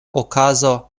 okazo